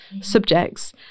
subjects